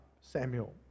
Samuel